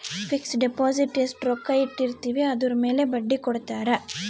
fix deposit ಎಸ್ಟ ರೊಕ್ಕ ಇಟ್ಟಿರ್ತಿವಿ ಅದುರ್ ಮೇಲೆ ಬಡ್ಡಿ ಕೊಡತಾರ